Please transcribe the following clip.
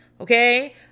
Okay